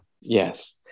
Yes